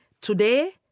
today